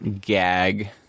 gag